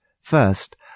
First